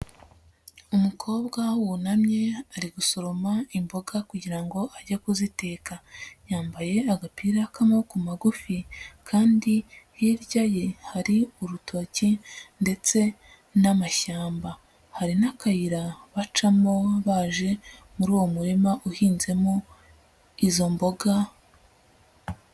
Umukobwa wunamye ari gusoroma imboga kugira ngo ajye kuziteka, yambaye agapira k'amaboko magufi kandi hirya ye hari urutoki ndetse n'amashyamba, hari n'akayira bacamo baje muri uwo murima uhinzemo izo mboga.